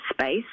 space